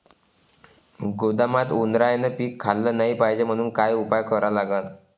गोदामात उंदरायनं पीक खाल्लं नाही पायजे म्हनून का उपाय करा लागन?